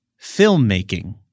Filmmaking